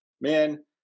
man